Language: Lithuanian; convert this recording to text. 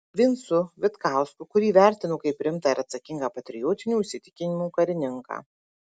vincu vitkausku kurį vertino kaip rimtą ir atsakingą patriotinių įsitikinimų karininką